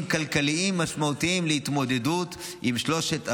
כלכליים משמעותיים להתמודדות עם שלושת המ"מים.